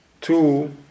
two